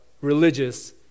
religious